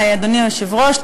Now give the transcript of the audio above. אדוני היושב-ראש,